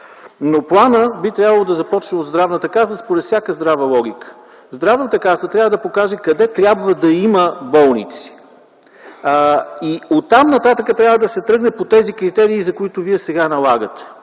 Планът би трябвало да започне от здравната карта според всяка здрава логика. Здравната карта трябва да покаже къде трябва да има болници. И оттам нататък трябва да се тръгне по тези критерии, които вие сега налагате.